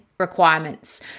requirements